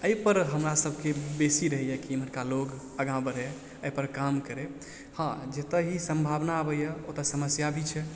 अइपर हमरा सबके बेसी रहइए कि इमहरका लोग आगा बढ़य अइपर काम करय हँ जतऽ ही सम्भावना अबइय ओतऽ समस्या भी छै